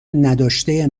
نداشته